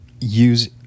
use